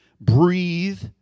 breathe